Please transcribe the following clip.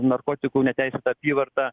narkotikų neteisėtą apyvartą